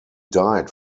died